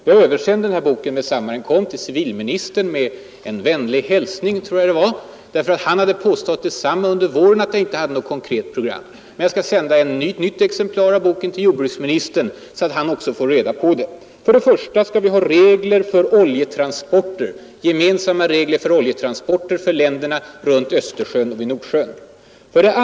Jag översände denna bok med detsamma den kom ut till civilministern med en vänlig hälsning, Han hade under våren i riksdagen påstått detsamma som herr Bengtsson, nämligen att jag inte hade något konkret program. Jag skall sända ett exemplar av boken även till jordbruksministern, så att också han får reda på det: 1. Vi skall ha gemensamma regler för oljetransporter för länderna runt Östersjön och vid Nordsjön. 2.